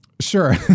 Sure